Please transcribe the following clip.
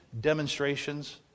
demonstrations